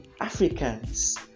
Africans